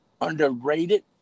Underrated